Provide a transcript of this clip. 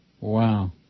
Wow